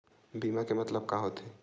बीमा के मतलब का होथे?